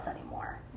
anymore